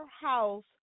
House